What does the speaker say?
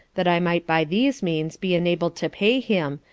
that i might by these means, be enabled to pay him,